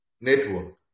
network